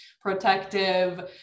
protective